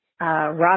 rock